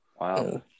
Wow